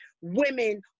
women